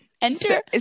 enter